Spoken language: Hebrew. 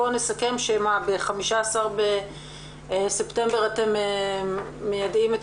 אז נסכם שב-15 בספטמבר אתם מיידעים את